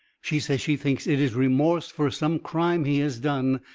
she says she thinks it is remorse fur some crime he has done.